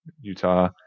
Utah